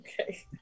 Okay